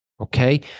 okay